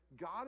God